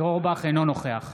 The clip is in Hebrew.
אינו נוכח